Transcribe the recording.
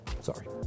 Sorry